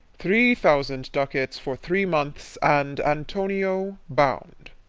three thousand ducats, for three months, and antonio bound.